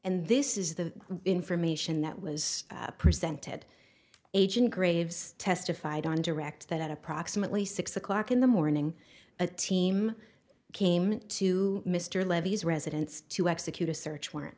and this is the information that was presented agent graves testified on direct that at approximately six o'clock in the morning a team came to mr levy's residence to execute a search warrant